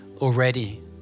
already